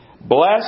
Bless